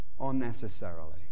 unnecessarily